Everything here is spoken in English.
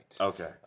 Okay